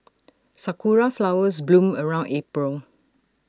Sakura Flowers bloom around April